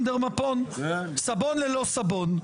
סבון ללא סבון.